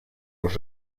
los